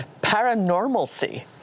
paranormalcy